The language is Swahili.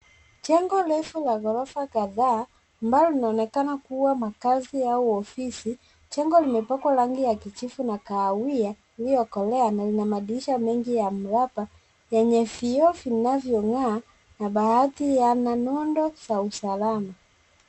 Jengo refu la ghorofa kadhaa, ambalo linaonekana kuwa makazi, au ofisi. Jengo limepakwa rangi ya kijivu na kahawia iliokolea na ina madirisha mengi ya mraba, yenye vioo vinavyong'aa, na baadhi yana nondo za usalama.